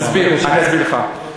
אני אסביר לך: